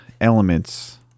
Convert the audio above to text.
Elements